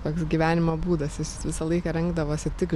toks gyvenimo būdas jis visą laiką rengdavosi tik